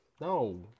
No